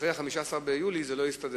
עד 15 ביולי זה לא יסתדר